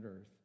Earth